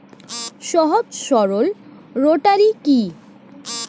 সহজ সরল রোটারি কি?